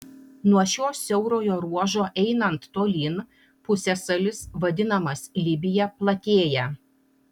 nuo šio siaurojo ruožo einant tolyn pusiasalis vadinamas libija platėja